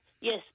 yes